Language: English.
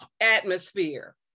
atmosphere